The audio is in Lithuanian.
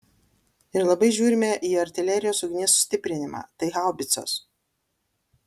ir labai žiūrime į artilerijos ugnies sustiprinimą tai haubicos